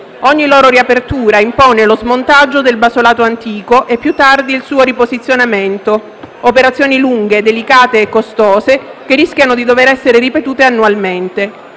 Ogni loro riapertura impone lo smontaggio del basolato antico e più tardi il suo riposizionamento: operazioni lunghe, delicate e costose che rischiano di dover essere ripetute annualmente,